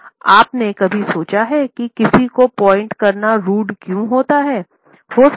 क्या आपने कभी सोचा है कि किसी को पॉइंट करना रूड क्यों होता हैं